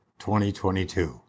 2022